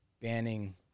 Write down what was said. banning